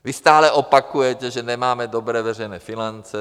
Vy stále opakujete, že nemáme dobré veřejné finance.